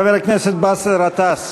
חבר הכנסת באסל גטאס,